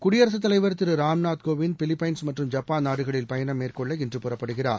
குடியரசுத் தலைவர் திரு ராம்நாத் கோவிந்த் பிலிப்பைன்ஸ் மற்றும் ஜப்பான் நாடுகளில் பயணம் மேற்கொள்ள இன்று புறப்படுகிறார்